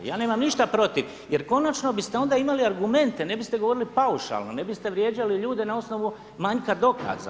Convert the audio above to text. Ja nemam ništa protiv jer konačno biste onda imali argumente ne biste govorili paušalno, ne biste vrijeđali ljude na osnovu manjka dokaza.